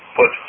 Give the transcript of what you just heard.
put